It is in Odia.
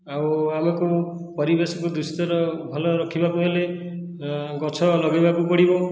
ଆଉ ଆମକୁ ପରିବେଶକୁ ଦୂଷିତର ଭଲ ରଖିବାକୁ ହେଲେ ଗଛ ଲଗାଇବାକୁ ପଡ଼ିବ